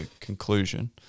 conclusion